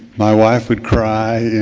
my wife would cry.